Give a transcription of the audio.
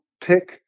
pick